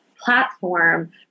platform